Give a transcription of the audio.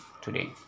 today